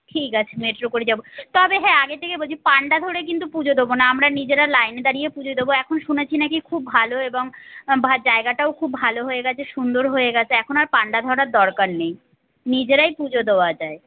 ঠিক আছে মেট্রো করে যাব তবে হ্যাঁ আগে থেকে বলছি পাণ্ডা ধরে কিন্তু পুজো দোবো না আমরা নিজেরা লাইনে দাঁড়িয়ে পুজো দেবো এখন শুনেছি না কি খুব ভালো এবং ভা জায়গাটাও খুব ভালো হয়ে গেছে সুন্দর হয়ে গেছে এখন আর পাণ্ডা ধরার দরকার নেই নিজেরাই পুজো দোয়া যায়